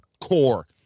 core